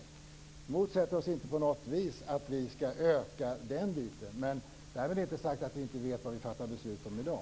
Vi motsätter oss inte på något vis att vi skall öka den biten. Därmed inte sagt att vi inte vet vad vi skall besluta om i dag.